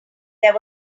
there